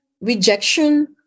rejection